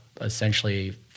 essentially